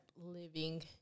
living